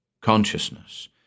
Consciousness